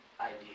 idea